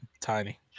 Tiny